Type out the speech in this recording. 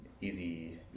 easy